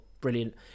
Brilliant